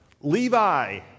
Levi